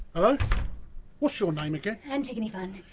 um what's your name again? antigone funn.